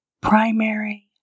Primary